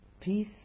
peace